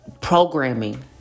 programming